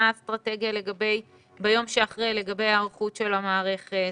מה האסטרטגיה ביום שאחרי לגבי היערכות של המערכת,